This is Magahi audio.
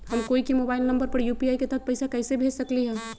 हम कोई के मोबाइल नंबर पर यू.पी.आई के तहत पईसा कईसे भेज सकली ह?